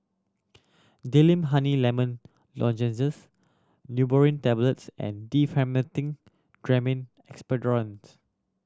Honey Lemon Lozenges Neurobion Tablets and Diphenhydramine Expectorant